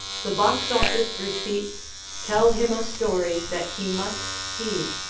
the box office receipts tell him a story that he must heed,